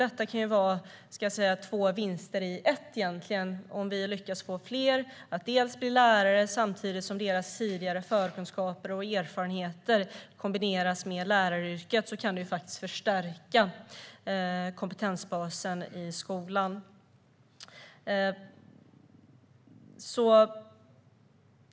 Det kan egentligen vara två vinster i en om vi lyckas få fler att bli lärare. Att deras förkunskaper och erfarenheter kombineras kan faktiskt förstärka kompetensbasen i skolan.